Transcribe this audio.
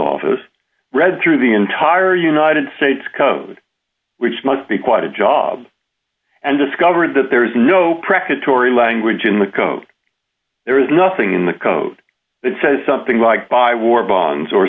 office read through the entire united states code which must be quite a job and discovered that there is no crack at tory language in the code there is nothing in the code that says something like by war bonds or